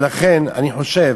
ולכן אני חושב